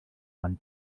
one